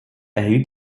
erhielt